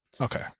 Okay